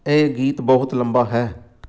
ਇਹ ਗੀਤ ਬਹੁਤ ਲੰਬਾ ਹੈ